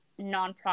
nonprofit